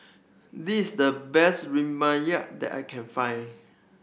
this the best that I can find